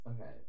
Okay